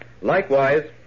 Likewise